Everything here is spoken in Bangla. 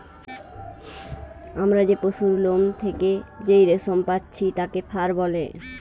আমরা পশুর লোম থেকে যেই রেশম পাচ্ছি তাকে ফার বলে